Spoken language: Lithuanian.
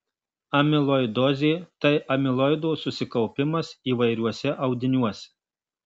amiloidozė tai amiloido susikaupimas įvairiuose audiniuose